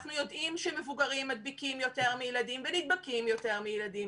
אנחנו יודעים שמבוגרים מדביקים יותר מילדים ונדבקים יותר מילדים.